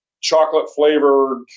chocolate-flavored